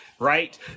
Right